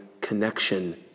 connection